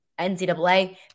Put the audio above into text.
NCAA